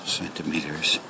centimeters